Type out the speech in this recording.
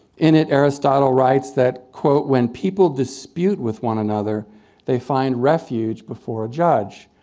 in it, aristotle writes that quote, when people dispute with one another they find refuge before a judge.